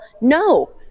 no